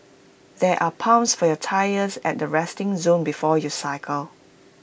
there are pumps for your tyres at the resting zone before you cycle